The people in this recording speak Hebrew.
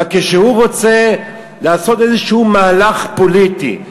אבל כשהוא רוצה לעשות איזשהו מהלך פוליטי,